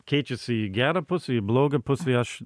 keičiasi į gerą pusę į blogą pusę aš